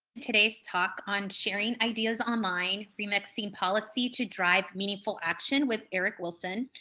today's talk on sharing ideas online, remixing policies to drive meaningful action with eric wilson.